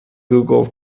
google